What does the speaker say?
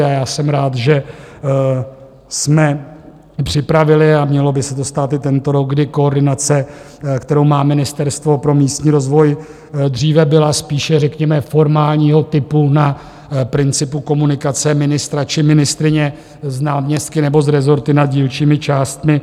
A já jsem rád, že jsme připravili, a mělo by se to stát i tento rok, kdy koordinace, kterou má Ministerstvo pro místní rozvoj, dříve byla spíše řekněme formálního typu na principu komunikace ministra či ministryně s náměstky nebo s rezorty nad dílčími částmi.